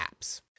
apps